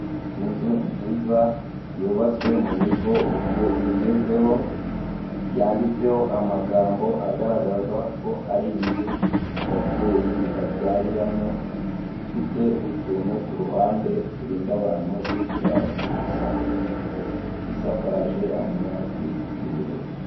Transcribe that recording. Inzu nziza yubatswe muburyo bugezweho yanditseho amagambo agaragaza ko ari inzu ababyeyi babyariramo, ifite utuntu kuruhande turinda abantu kwitura hasi dusa umutuku isakaje amabati y'ubururu.